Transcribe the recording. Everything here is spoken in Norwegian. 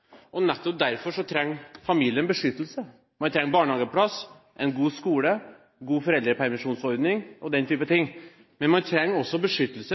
og nettopp derfor trenger familien beskyttelse. Man trenger barnehageplass, en god skole, en god foreldrepermisjonsordning og den type ting, men man trenger også beskyttelse